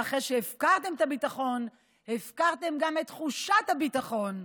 ואחרי שהפקרתם את הביטחון הפקרתם גם את תחושת הביטחון.